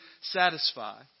satisfy